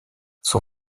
son